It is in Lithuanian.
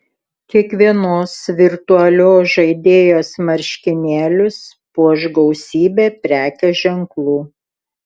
kiekvienos virtualios žaidėjos marškinėlius puoš gausybė prekės ženklų